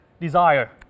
desire